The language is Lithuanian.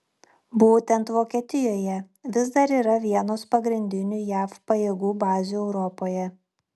būtent vokietijoje vis dar yra vienos pagrindinių jav pajėgų bazių europoje